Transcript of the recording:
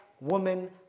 woman